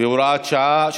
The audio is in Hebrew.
(הוראת שעה),